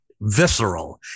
visceral